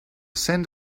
send